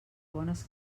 bones